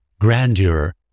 grandeur